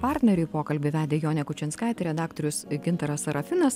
partneriui pokalbį vedė jonė kučinskaitė redaktorius gintaras sarafinas